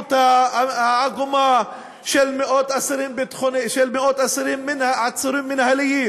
המציאות העגומה של מאות עצורים מינהליים